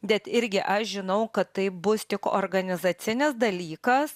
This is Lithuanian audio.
bet irgi aš žinau kad tai bus tik organizacinis dalykas